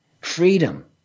freedom